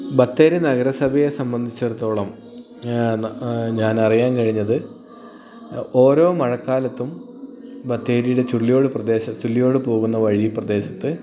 ബത്തേരി നഗരസഭയെ സംബന്ധിച്ചെടുത്തോളം ഞാൻ അറിയാൻ കഴിഞ്ഞത് ഓരോ മഴക്കാലത്തും ബത്തേരിയിലെ ചുള്ളിയോട് പ്രദേശത്ത് ചുള്ളിയോട് പോകുന്ന വഴി പ്രദേശത്ത്